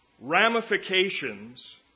ramifications